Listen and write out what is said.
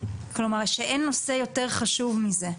כלומר שאין נושא יותר חשוב מזה.